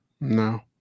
no